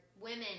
Women